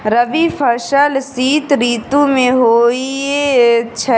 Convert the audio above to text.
रबी फसल शीत ऋतु मे होए छैथ?